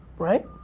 right?